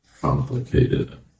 complicated